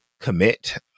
commit